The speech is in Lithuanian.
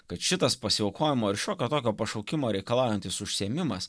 kad šitas pasiaukojimo ir šiokio tokio pašaukimo reikalaujantis užsiėmimas